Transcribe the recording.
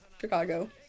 Chicago